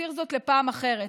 נותיר זאת לפעם אחרת.